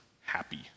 happy